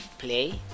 Play